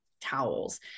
towels